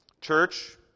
Church